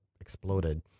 exploded